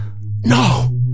No